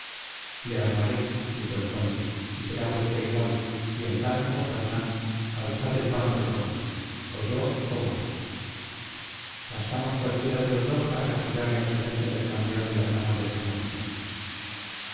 le armaré dijo el conde y será vuestro igual y en tanto hernán alzad el guante por mí o yo o vos bastamos cualquiera de los dos para castigar la insolencia del campeón de las damas desconocidas